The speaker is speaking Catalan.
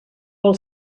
pel